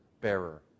bearer